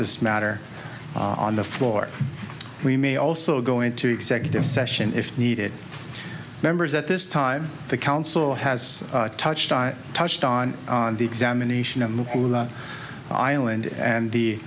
this matter on the floor we may also go into executive session if needed members at this time the council has touched touched on the examination of the island and the